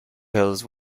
hills